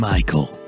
Michael